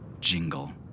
jingle